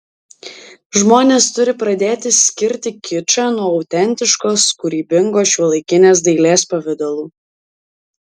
žmonės turi pradėti skirti kičą nuo autentiškos kūrybingos šiuolaikinės dailės pavidalų